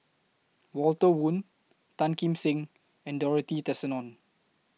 Walter Woon Tan Kim Seng and Dorothy Tessensohn